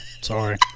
sorry